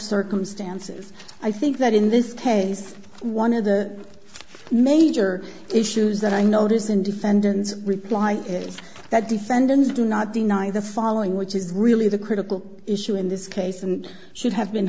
circumstances i think that in this case one of the major issues that i notice in defendant's reply is that defendants do not deny the following which is really the critical issue in this case and should have been